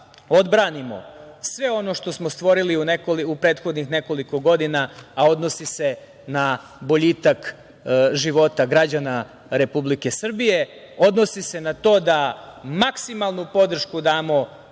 odbranimo sve ono što smo stvorili u prethodnih nekoliko godina, a odnosi se na boljitak života građana Republike Srbije, odnosi se na to da maksimalnu podršku damo